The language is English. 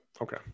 Okay